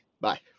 Bye